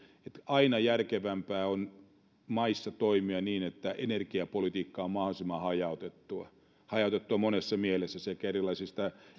aina järkevämpää on maissa toimia niin että energiapolitiikka on mahdollisimman hajautettua hajautettua monessa mielessä sekä erilaisista